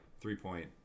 three-point